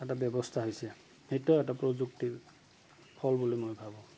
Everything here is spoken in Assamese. এটা ব্যৱস্থা হৈছে সেইটোও এটা প্ৰযুক্তিৰ ফল বুলি মই ভাবোঁ